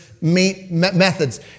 methods